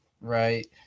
Right